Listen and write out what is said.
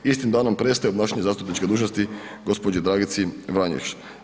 Istim danom prestaje obnašanje zastupničke dužnosti gđi. Dragici Vranješ.